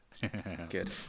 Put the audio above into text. Good